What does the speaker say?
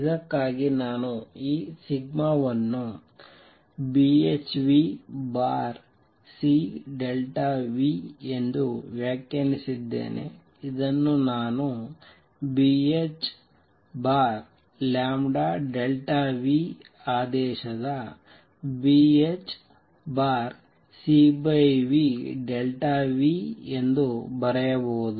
ಇದಕ್ಕಾಗಿ ನಾನು ಈ ಸಿಗ್ಮಾ ವನ್ನು Bhνc ಎಂದು ವ್ಯಾಖ್ಯಾನಿಸಿದ್ದೇನೆ ಇದನ್ನು ನಾನು Bh ಆದೇಶದ Bhc ಎಂದು ಬರೆಯಬಹುದು